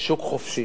בשוק חופשי,